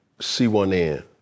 C1N